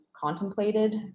contemplated